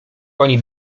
oni